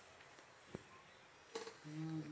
mm